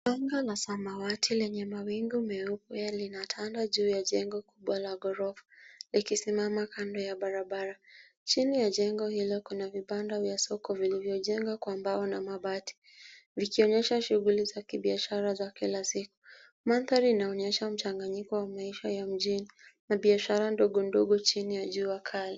Anga la samwati lenye mawingu meupe linatanda juu ya jengo kubwa la ghorofa likisimama kando ya barabara. Chini ya jengo hilo kuna vibanda vya soko vilivyojengwa kwa mbao na mabati, vikionyesha shughuli za kibiashara za kila siku. Mandhari inaonyesha mchanganyiko wa maisha ya mjini na biashara ndogo ndogo chini ya jua kali.